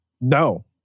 No